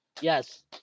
Yes